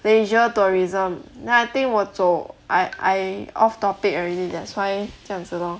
leisure tourism then I think 我走 I I off topic already that's why 这样子 lor